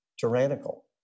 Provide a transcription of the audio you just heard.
tyrannical